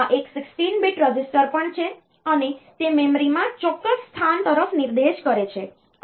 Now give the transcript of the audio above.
તેથી આ એક 16 bits રજિસ્ટર પણ છે અને તે મેમરીમાં ચોક્કસ સ્થાન તરફ નિર્દેશ કરે છે